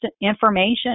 information